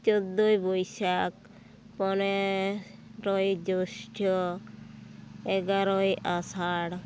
ᱪᱳᱫᱽᱫᱳᱭ ᱵᱳᱭᱥᱟᱠ ᱯᱚᱱᱮᱨᱳᱭ ᱡᱚᱥᱴᱚ ᱮᱜᱟᱨᱳᱭ ᱟᱥᱟᱲ